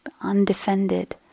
undefended